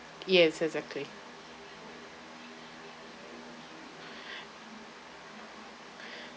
yes exactly